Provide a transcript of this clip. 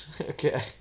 Okay